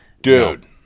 Dude